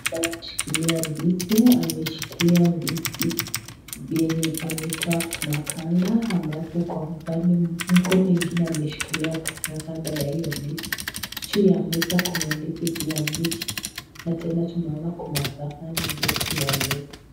Ambaye ameshikila ndizi ameshikilia ndizi yenye ametoa maganda alafu kwa mkono mwingine ameshikilia maganda ya hio ndizi, juu ya meza kuna ndizi pia mbichi na tena tunaona kuna sahani ilio juu ya meza.